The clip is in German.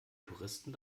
touristen